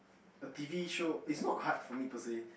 a T_V show is not hard for me personally